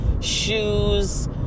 shoes